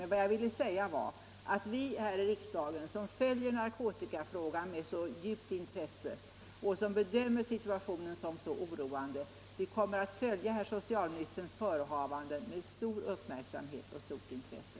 Jag har bara velat säga att vi här i riksdagen som följer narkotikafrågan med så starkt intresse och som bedömer situationen som så oroande, kommer att följa socialministerns förehavanden med stor uppmärksamhet och stort intresse.